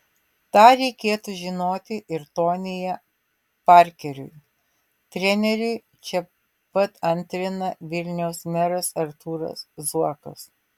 tą reikėtų žinoti ir tonyje parkeriui treneriui čia pat antrina vilniaus meras artūras zuokas